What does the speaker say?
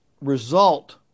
result